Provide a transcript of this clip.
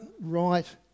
right